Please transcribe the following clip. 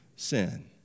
sin